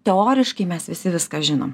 teoriškai mes visi viską žinom